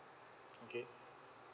okay